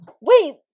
wait